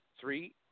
three